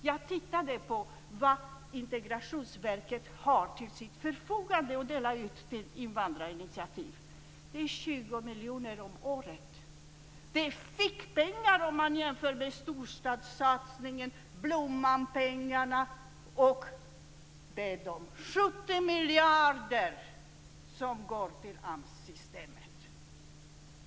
Jag tittade på vad Integrationsverket har till sitt förfogande att dela ut till invandrarinitiativ. Det är 20 miljoner om året. Det är fickpengar om man jämför med storstadssatsningen, Blommanpengarna och de 70 miljarder som går till AMS-systemet.